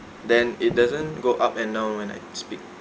then it doesn't go up and down when I speak